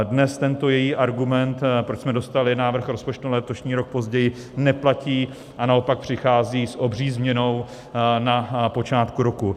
Dnes tento její argument, proč jsme dostali návrh rozpočtu na letošní rok později, neplatí, a naopak přichází s obří změnou na počátku roku.